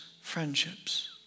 friendships